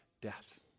death